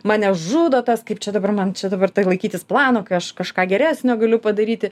mane žudo tas kaip čia dabar man čia dabar tai laikytis plano kai aš kažką geresnio galiu padaryti